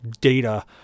data